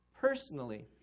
personally